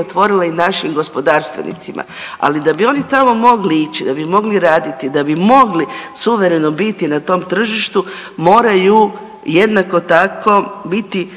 otvorila i našim gospodarstvenicima, ali da bi oni tamo mogli ići, da bi mogli raditi, da bi mogli suvereno biti na tom tržištu moraju jednako tako biti